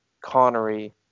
Connery